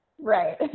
Right